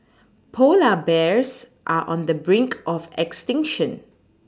polar bears are on the brink of extinction